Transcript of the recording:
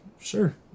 Sure